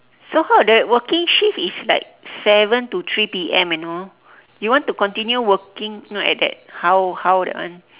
so how the working shift is like seven to three P_M you know you want to continue working no at that hao hao that one